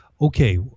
okay